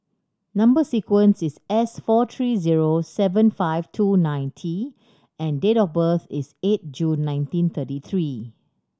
number sequence is S four three zero seven five two nine T and date of birth is eight June nineteen thirty three